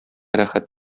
рәхәт